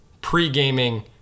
pre-gaming